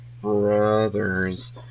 Brothers